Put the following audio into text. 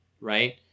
right